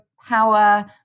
power